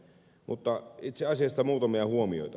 mutta itse asiasta muutamia huomioita